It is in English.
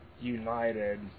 United